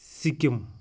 Sikkim